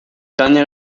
dernier